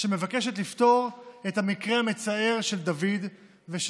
שמבקשת לפתור את המקרה המצער של דוד ושל